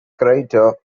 crater